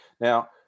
now